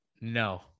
No